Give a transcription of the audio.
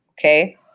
Okay